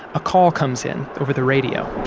a call comes in over the radio